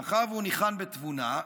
מאחר שהוא ניחן בתבונה,